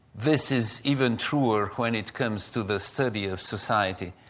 this is even truer when it comes to the study of society,